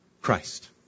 Christ